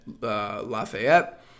Lafayette